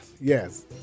Yes